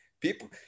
people